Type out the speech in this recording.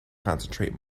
concentrate